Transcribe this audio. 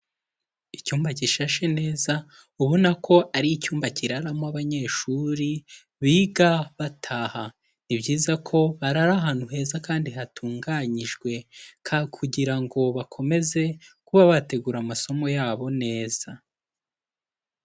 Icyumba gishashe neza ubona ko ari icyumba kiraramo abanyeshuri biga bataha, ni byiza ko barara ahantu heza kandi hatunganyijwe kugira ngo bakomeze kuba bategura amasomo yabo neza